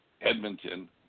Edmonton